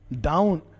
Down